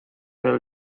del